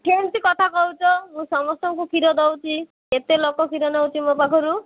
କେମିତି କଥା କହୁଛ ମୁଁ ସମସ୍ତଙ୍କୁ କ୍ଷୀର ଦେଉଛି ଏତେ ଲୋକ କ୍ଷୀର ନେଉଛି ମୋ ପାଖରୁ